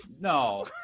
No